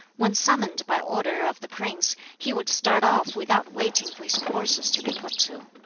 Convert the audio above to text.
when summoned by order of the prince, he would start off without waiting for his horses to be put to.